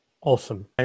Awesome